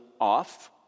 off